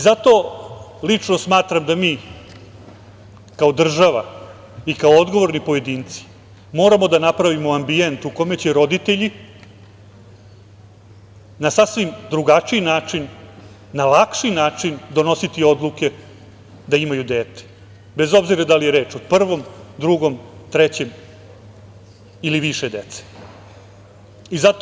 Zato lično smatram da mi kao država i kao odgovorni pojedinci moramo da napravimo ambijent u kome će roditelji na sasvim drugačiji, na lakši način donositi odluke da imaju dete, bez obzira da li je reč o prvom, drugom, trećem ili više dece.